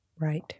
Right